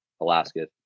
Alaska